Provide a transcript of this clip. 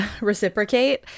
reciprocate